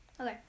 Okay